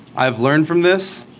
i've learned from this